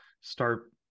start